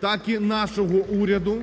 так і нашого уряду,